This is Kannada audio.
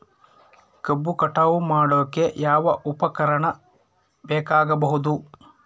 ಕಬ್ಬು ಕಟಾವು ಮಾಡೋಕೆ ಯಾವ ಉಪಕರಣ ಬೇಕಾಗಬಹುದು?